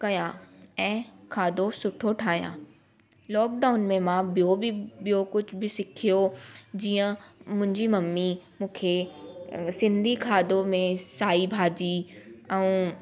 कयां ऐं खाधो सुठो ठाहियां लॉकडाउन में मां ॿियों बि ॿियों कुझु बि सिखियो जीअं मुंहिंजी मम्मी मूंखे सिंधी खाधो में साई भाॼी ऐं